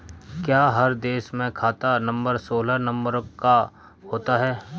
क्या हर देश में खाता नंबर सोलह नंबरों का होता है?